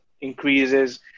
increases